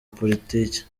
politiki